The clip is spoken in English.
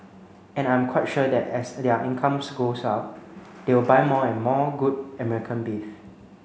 and I'm quite sure that as their incomes goes up they will buy more and more good American beef